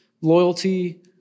loyalty